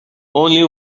only